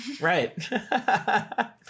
Right